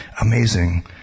amazing